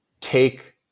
take